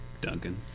Duncan